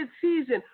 season